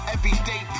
Everyday